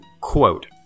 quote